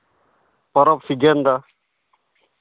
ᱯᱚᱨᱚᱵᱽ ᱥᱤᱡᱮᱱ ᱫᱚ